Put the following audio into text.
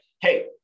hey